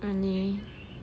oh really